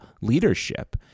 leadership